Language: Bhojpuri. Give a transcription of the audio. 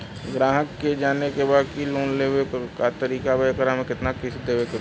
ग्राहक के जाने के बा की की लोन लेवे क का तरीका बा एकरा में कितना किस्त देवे के बा?